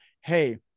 Hey